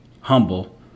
humble